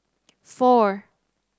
four